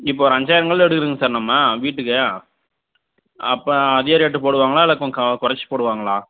இப்போ ஒரு அஞ்சாயிரம் கல் எடுக்கறங்க சார் நம்ம வீட்டுக்கு அப்போ அதே ரேட்டு போடுவாங்ளா இல்லை கொ கா குறச்சி போடுவாங்ளா